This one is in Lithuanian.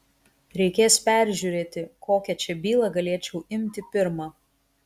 reikės peržiūrėti kokią čia bylą galėčiau imti pirmą